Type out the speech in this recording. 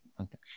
okay